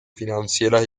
financieras